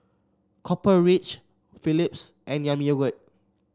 Copper Ridge Philips and Yami Yogurt